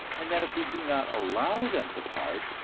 and that if we do not allow them to part,